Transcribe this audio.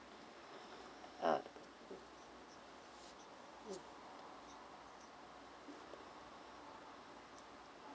uh mm